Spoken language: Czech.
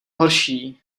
horší